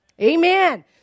Amen